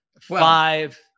five